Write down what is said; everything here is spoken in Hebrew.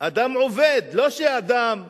אדם עובד, לא אדם פרזיט,